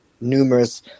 numerous